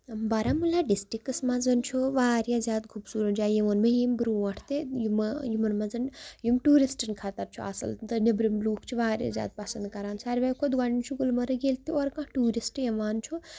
بارہمولہ ڈِسٹِرٛکَس منٛزَ چھُ واریاہ زیادٕ خوٗبصوٗرت جاے یہِ وون مےٚ ییٚمہِ برونٛٹھ تہِ یِمہٕ یِمَن منٛز یِم ٹوٗرِسٹَن خٲطر چھُ اَصٕل تہٕ نٮ۪برِم لُکھ چھِ واریاہ زیادٕ پَسنٛد کَران ساروٕیو کھۄتہٕ گۄڈنیُک چھُ گُلمرگ ییٚلہِ تہِ اورٕ کانٛہہ ٹوٗرِسٹ یِوان چھُ